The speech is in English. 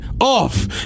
Off